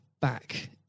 back